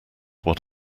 what